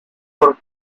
por